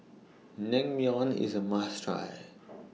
Naengmyeon IS A must Try